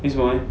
为什么 leh